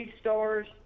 stars